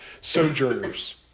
sojourners